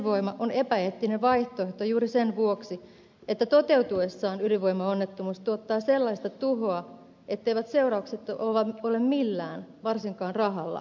ydinvoima on epäeettinen vaihtoehto juuri sen vuoksi että toteutuessaan ydinvoimaonnettomuus tuottaa sellaista tuhoa etteivät seuraukset ole millään varsinkaan rahalla hyvitettävissä